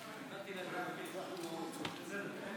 עד שלוש דקות לרשותך, אדוני.